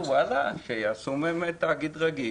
שיעשו באמת תאגיד רגיל.